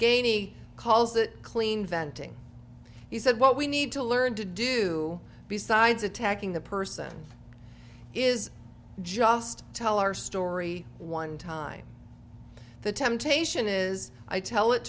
gainey calls that clean venting he said what we need to learn to do besides attacking the person is just tell our story one time the temptation is i tell it